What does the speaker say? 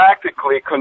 practically